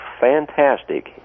fantastic